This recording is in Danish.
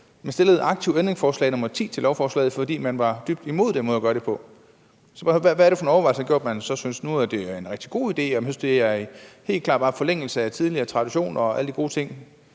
Man stillede aktivt ændringsforslag nr. 10 til lovforslaget, fordi man var dybt imod den måde at gøre det på. Jeg skal bare høre: Hvad er det for nogle overvejelser, man har gjort sig, siden man nu synes, at det er en rigtig god idé, og at det er i helt klar forlængelse af tidligere traditioner og alle de gode ting,